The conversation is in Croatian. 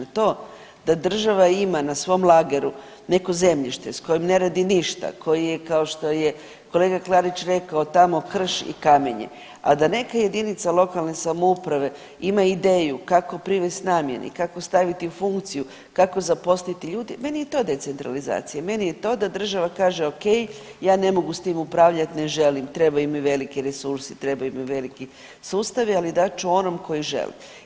To da država ima na svom lageru neko zemljište s kojim ne radi ništa, koji je kao što je kolega Klarić rekao tamo krš i kamenje, a da neke jedinice lokalne samouprave imaju ideju kako privest namjeni, kako staviti u funkciju, kako zaposliti ljude meni je to decentralizacija, meni je to da država kaže ok ja ne mogu s tim upravljat, ne želim trebaju mi veliki resursi, trebaju mi veliki sustavi, ali dat ću onom koji želi.